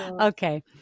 Okay